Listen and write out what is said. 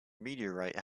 meteorite